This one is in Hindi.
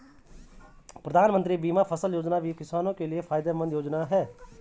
प्रधानमंत्री बीमा फसल योजना भी किसानो के लिये फायदेमंद योजना है